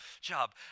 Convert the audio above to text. job